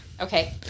Okay